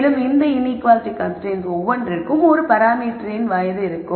மேலும் இந்த inequality constraints ஒவ்வொன்றிற்கும் ஒரு பராமீட்டர் வயது இருக்கும்